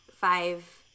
five